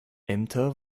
ämter